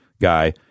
guy